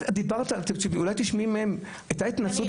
הייתה התנצלות